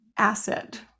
asset